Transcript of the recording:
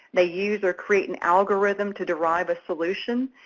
they use or create an algorithm to derive a solution,